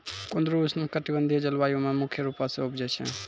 कुंदरु उष्णकटिबंधिय जलवायु मे मुख्य रूपो से उपजै छै